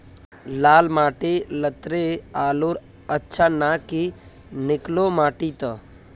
लाल माटी लात्तिर आलूर अच्छा ना की निकलो माटी त?